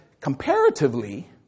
comparatively